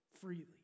freely